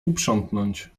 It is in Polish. uprzątnąć